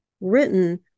written